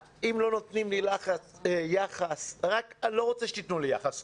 אם לא נותנים לי יחס אני לא רוצה שתתנו לי יחס,